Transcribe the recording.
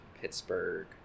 Pittsburgh